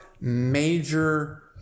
major